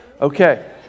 Okay